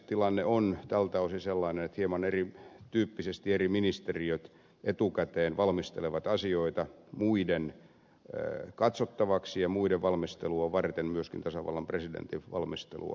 tilanne on tältä osin sellainen että hieman erityyppisesti eri ministeriöt etukäteen valmistelevat asioita muiden katsottavaksi ja muiden valmistelua varten myöskin tasavallan presidentin kannan valmistelua ajatellen